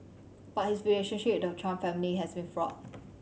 but his relationship with the Trump family has been fraught